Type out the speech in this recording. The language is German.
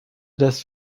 dass